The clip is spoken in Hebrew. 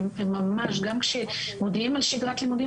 גם כשמודיעים על שגרת לימודים,